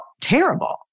terrible